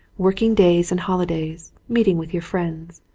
working days and holidays, meetings with your friends,